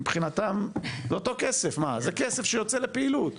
מבחינתם זה אותו כסף, זה כסף שיוצא לפעילות.